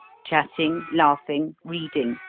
chatting, laughing, reading,